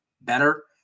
better